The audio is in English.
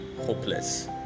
hopeless